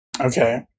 Okay